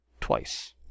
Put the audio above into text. twice